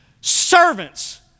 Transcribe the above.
servants